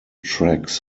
tracks